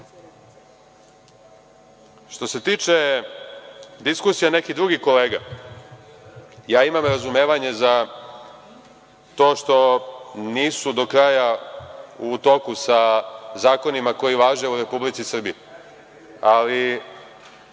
se tiče diskusija nekih drugih kolega, ja imam razumevanje za to što nisu do kraja u toku sa zakonima koji važe u Republici Srbiji, ali